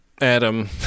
Adam